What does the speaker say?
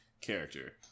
character